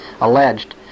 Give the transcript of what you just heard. alleged